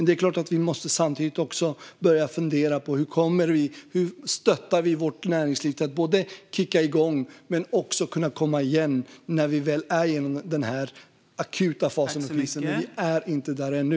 Det är klart att vi samtidigt också måste börja fundera på hur vi stöttar vårt näringsliv när det gäller att kicka igång och komma igen när vi väl är igenom den akuta fasen. Men vi är inte där ännu.